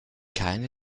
keine